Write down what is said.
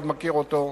עוד מכיר אותו,